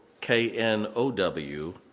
K-N-O-W